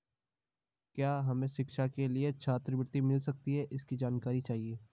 क्या हमें शिक्षा के लिए छात्रवृत्ति मिल सकती है इसकी जानकारी चाहिए?